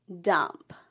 Dump